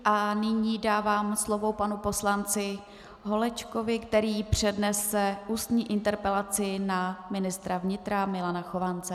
A nyní dávám slovo panu poslanci Holečkovi, který přednese ústní interpelaci na ministra vnitra Milana Chovance.